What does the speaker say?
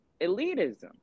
elitism